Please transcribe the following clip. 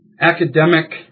academic